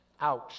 Ouch